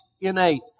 innate